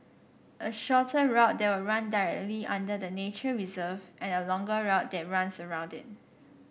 a shorter route that will run directly under the nature reserve and a longer route that runs around it